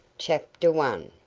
chapter one.